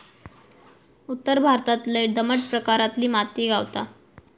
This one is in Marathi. उत्तर भारतात लय दमट प्रकारातली माती गावता